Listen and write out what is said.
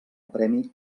premi